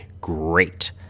great